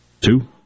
Two